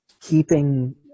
keeping